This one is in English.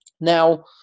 Now